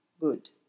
good